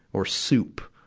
or soup?